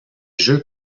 jeux